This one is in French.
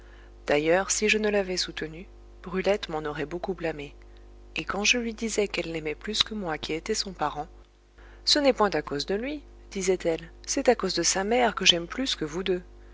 d'ailleurs si je ne l'avais soutenu brulette m'en aurait beaucoup blâmé et quand je lui disais qu'elle l'aimait plus que moi qui étais son parent ce n'est point à cause de lui disait-elle c'est à cause de sa mère que j'aime plus que vous deux